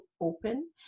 open